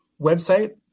website